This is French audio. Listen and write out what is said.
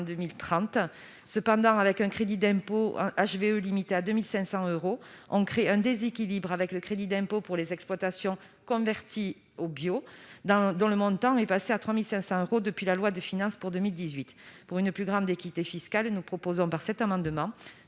cependant, avec un crédit d'impôt HVE limitée à 2500 euros, on crée un déséquilibre avec le crédit d'impôt pour les exploitations converties au bio dans dans le montant est passé à 3500 euros depuis la loi de finances pour 2018 pour une plus grande équité fiscale et nous proposons par cet amendement